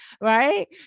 right